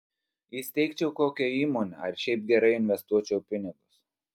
įsteigčiau kokią įmonę ar šiaip gerai investuočiau pinigus